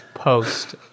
post